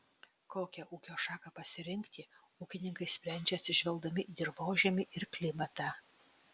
kokią ūkio šaką pasirinkti ūkininkai sprendžia atsižvelgdami į dirvožemį ir klimatą